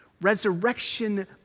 Resurrection